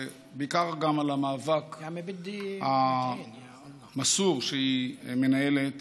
ובעיקר על המאבק המסור שהיא מנהלת